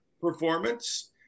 performance